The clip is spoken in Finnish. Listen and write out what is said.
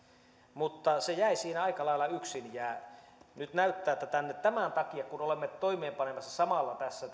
mutta se jäi siinä aika lailla yksin ja nyt näyttää siltä että sinne tämän takia kun olemme toimeenpanemassa tässä